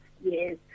yes